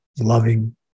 loving